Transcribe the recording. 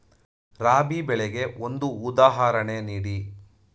ರಾಬಿ ಬೆಳೆಗೆ ಒಂದು ಉದಾಹರಣೆ ನೀಡಿ